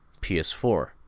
PS4